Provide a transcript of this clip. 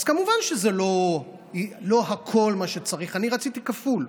אז כמובן שזה לא כל מה שצריך, אני רציתי כפול,